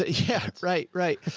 ah yeah right. right.